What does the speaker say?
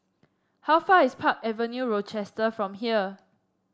how far away is Park Avenue Rochester from here